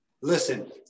Listen